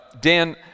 Dan